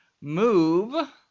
move